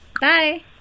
Bye